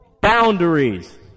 boundaries